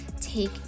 take